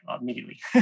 immediately